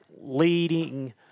leading